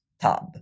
tub